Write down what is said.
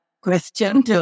question